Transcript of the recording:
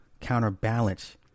counterbalance